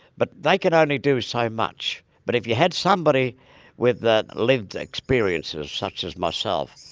but they can only do so much. but if you had somebody with the lived experiences such as myself,